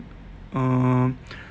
uh